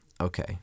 Okay